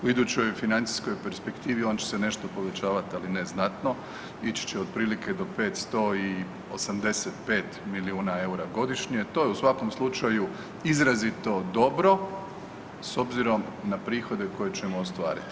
U idućoj financijskom perspektivi on će se nešto povećavati ali ne znatno, ići će otprilike do 585 milijuna EUR-a godišnje to je u svakom slučaju izrazito dobro s obzirom na prihode koje ćemo ostvariti.